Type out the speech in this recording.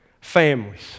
Families